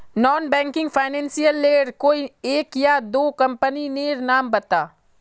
Non banking financial लेर कोई एक या दो कंपनी नीर नाम बता?